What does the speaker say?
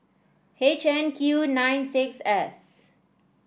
H N Q nine six S